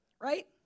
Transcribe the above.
Right